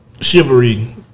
chivalry